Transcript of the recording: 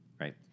right